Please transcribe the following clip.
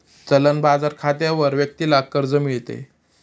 चलन बाजार खात्यावर व्यक्तीला कर्ज मिळते